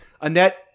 Annette